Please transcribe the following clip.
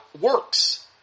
works